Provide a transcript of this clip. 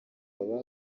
babonye